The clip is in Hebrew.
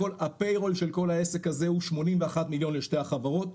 הפיירול של כל העסק הזה הוא 81 מיליון לשתי החברות,